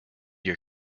your